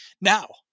Now